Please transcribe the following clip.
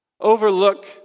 Overlook